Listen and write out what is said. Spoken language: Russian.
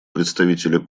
представителя